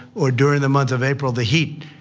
or during the month of april, the heat,